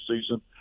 season